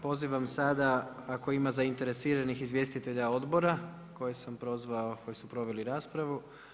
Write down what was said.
Pozivam sada ako ima zainteresiranih izvjestitelja odbora koje sam prozvao, koji su proveli raspravu.